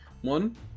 One